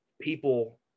people